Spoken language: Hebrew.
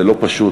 וזה לא פשוט,